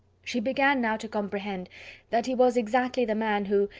she began now to comprehend that he was exactly the man who,